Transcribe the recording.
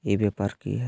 ई व्यापार की हाय?